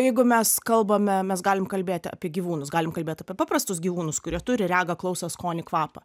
jeigu mes kalbame mes galim kalbėti apie gyvūnus galim kalbėt apie paprastus gyvūnus kurie turi regą klausą skonį kvapą